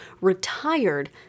retired